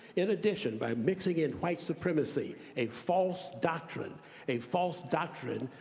in addition, by mixing in white supremacy, a false doctrine, a false doctrine,